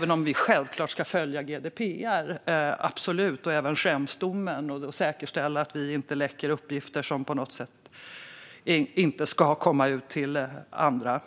Vi ska självklart följa GDPR och även Schremsdomen och säkerställa att vi inte läcker uppgifter som inte ska komma ut till andra.